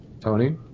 Tony